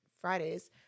Fridays